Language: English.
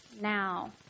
now